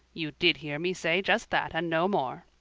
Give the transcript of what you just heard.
you did hear me say just that and no more.